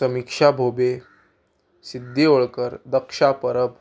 Samiksha Bhobe Siddhi Holkar Daksha Parab